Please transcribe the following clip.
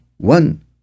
one